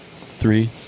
Three